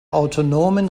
autonomen